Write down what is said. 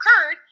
occurred